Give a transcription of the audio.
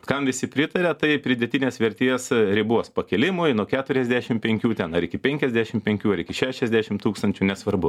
kam visi pritaria tai pridėtinės vertės ribos pakėlimui nuo keturiasdešim penkių ten ar iki penkiasdešim penkių ar iki šešiasdešim tūkstančių nesvarbu